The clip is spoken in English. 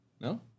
No